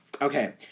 Okay